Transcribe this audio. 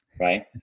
right